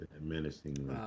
menacingly